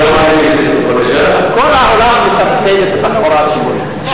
כל העולם מסבסד את התחבורה הציבורית,